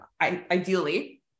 ideally